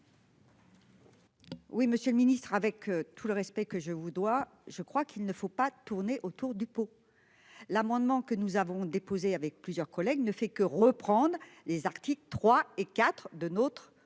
Oui, monsieur le Ministre, avec tout le respect que je vous dois. Je crois qu'il ne faut pas tourner autour du pot. L'amendement que nous avons déposé avec plusieurs collègues ne fait que reprendre les Arctic III et IV de notre